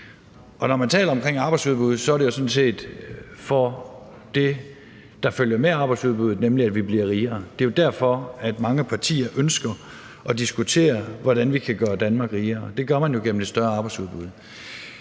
Og når man taler om arbejdsudbud, er det sådan set også om det, der følger med arbejdsudbuddet, nemlig at vi bliver rigere. Det er jo derfor, at mange partier ønsker at diskutere, hvordan vi kan gøre Danmark rigere. Det gør man jo gennem et større arbejdsudbud.